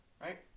Right